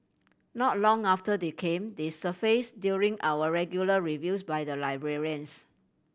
not long after they came they surface during our regular reviews by the librarians